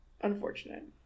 unfortunate